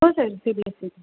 हो sir C B S C